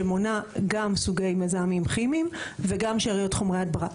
שמונה גם סוגי מזהמים כימיים וגם שאריות חומרי הדברה.